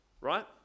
right